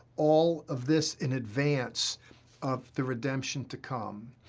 all of this in advance of the redemption to come.